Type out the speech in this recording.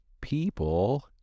people